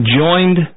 joined